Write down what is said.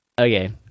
Okay